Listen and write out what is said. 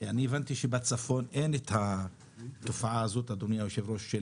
אני הבנתי שבצפון אין את התופעה הזאת אדוני היושב הראש,